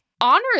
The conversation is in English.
honor